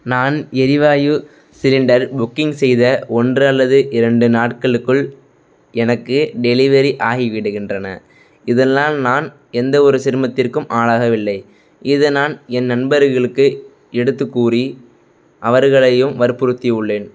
நான் எரிவாயு cylinder booking செய்த ஒன்று அல்லது இரண்டு நாட்களுக்குள் எனக்கு டெலிவரி ஆகி விடுகின்றன இதனால் நான் எந்தவொரு சிரமத்திற்கும் ஆளாகவில்லை இது நான் என் நண்பர்களுக்கு எடுத்துக் கூறி அவர்களையும் வற்புறுத்தியுள்ளேன்